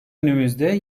önümüzde